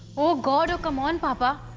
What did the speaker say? oh, god! come on, but